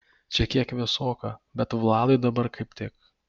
čia kiek vėsoka bet vladui dabar kaip tik